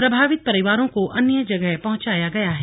प्रभावित परिवारों को अन्य जगह पहुंचाया गया है